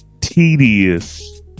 tedious